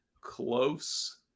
close